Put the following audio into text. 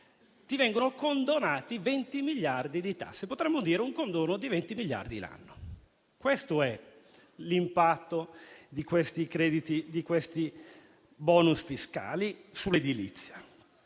Ti vengono condonati 20 miliardi di tasse, potremmo parlare di un condono di 20 miliardi l'anno. Questo è l'impatto di questi *bonus* fiscali sull'edilizia.